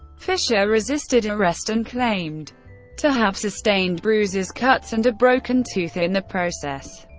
fischer resisted arrest, and claimed to have sustained bruises, cuts and a broken tooth in the process.